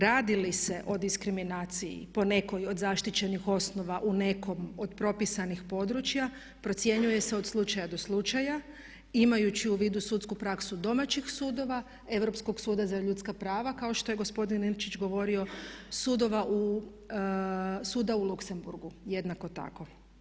Radi li se o diskriminaciji po nekoj od zaštićenih osnova u nekom od propisanih područja, procjenjuje se od slučaja do slučaja imajući u vidu sudsku prasku domaćih sudova, Europskog suda za ljudska prava kao što je gospodin Nemčić govorio, suda u Luxembourgu jednako tako.